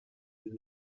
and